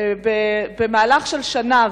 היום, בגלל חנוכה.